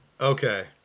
Okay